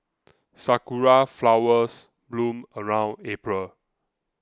sakura flowers bloom around April